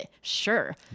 sure